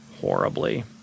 horribly